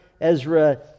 Ezra